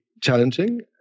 challenging